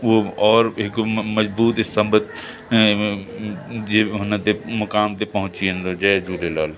उहो और हिकु म मज़बूत स्तंभ ऐं जेको हुन ते मुकाम ते पहुची वेंदो जय झूलेलाल